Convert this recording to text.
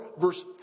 verse